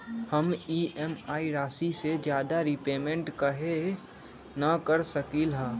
हम ई.एम.आई राशि से ज्यादा रीपेमेंट कहे न कर सकलि ह?